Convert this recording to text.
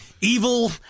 evil